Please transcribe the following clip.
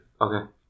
Okay